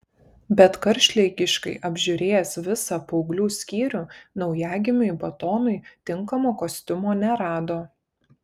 bet karštligiškai apžiūrėjęs visą paauglių skyrių naujagimiui batonui tinkamo kostiumo nerado